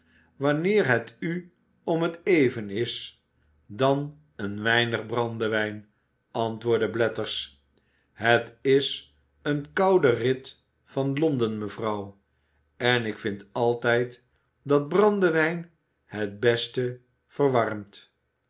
wanneer het u om het even is dan een weinig brandewijn antwoordde blathers het is ecu koude rit van londen mevrouw en ik vind altijd dat brandewijn het best verwarmt